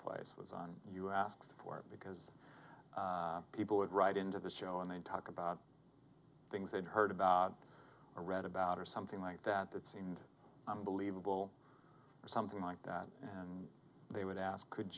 place was on you asked for it because people would write into the show and they'd talk about things they'd heard about or read about or something like that that seemed believable or something like that and they would ask could